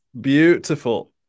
Beautiful